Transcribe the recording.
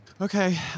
Okay